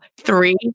three